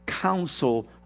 counsel